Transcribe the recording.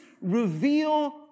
reveal